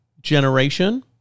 generation